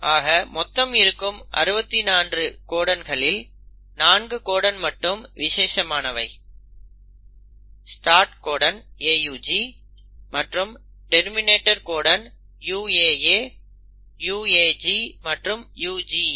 ஆக மொத்தம் இருக்கும் 64 கோடன்களில் 4 கோடன் மட்டும் விசேஷமானவை ஸ்டார்ட் கோடன் AUG மற்றும் டெர்மினேட்டர் கோடன் UAA UAG மற்றும் UGA